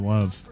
Love